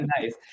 nice